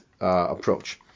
approach